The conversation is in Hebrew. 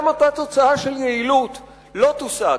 גם אותה תוצאה של יעילות לא תושג,